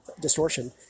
Distortion